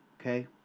Okay